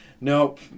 Nope